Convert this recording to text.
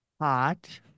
hot